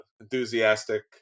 enthusiastic